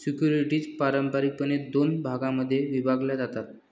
securities पारंपारिकपणे दोन भागांमध्ये विभागल्या जातात